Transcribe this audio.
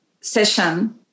session